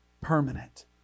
Permanent